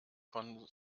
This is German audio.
von